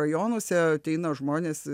rajonuose ateina žmonės